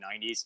90s